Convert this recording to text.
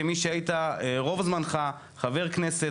כמי שהיית רוב זמנך חבר כנסת,